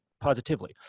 positively